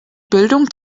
bildung